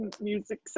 music